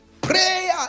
Prayer